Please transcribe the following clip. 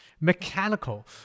mechanical